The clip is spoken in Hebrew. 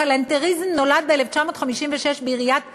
הכלנתריזם נולד ב-1956 בעיריית ירושלים,